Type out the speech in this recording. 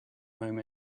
moment